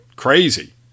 Crazy